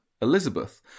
Elizabeth